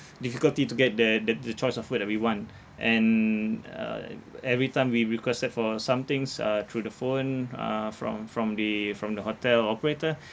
difficulty to get the the the choice of food that we want and uh every time we requested for some things uh through the phone uh from from the from the hotel operator